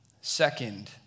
second